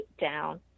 down